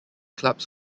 clubs